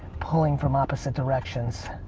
pulling from opposite directions.